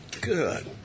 Good